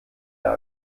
der